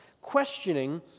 questioning